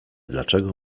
dlaczego